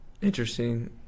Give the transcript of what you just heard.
interesting